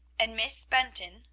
and miss benton,